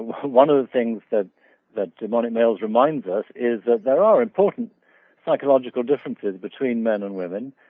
one of the things that that demonic males reminds us is that there are important psychological differences between men and women.